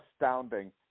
astounding